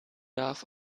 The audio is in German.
darf